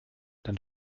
dann